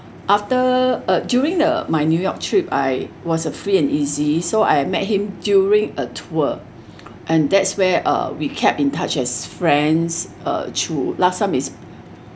after uh during the my new york trip I was a free and easy so I met him during a tour and that's where uh we kept in touch as friends are through last time is